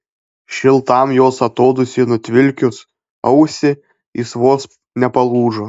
šiltam jos atodūsiui nutvilkius ausį jis vos nepalūžo